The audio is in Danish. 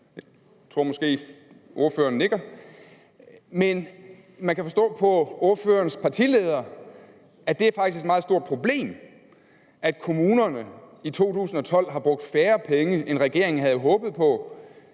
jeg tror måske, at ordføreren nikker. Men man kan forstå på ordførerens partileder, at det faktisk er et meget stort problem, at kommunerne i 2012 har brugt færre penge, end regeringen havde håbet på,